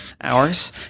hours